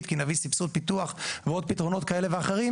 כי נביא סבסוד פיתוח ועוד פתרונות כאלה ואחרים,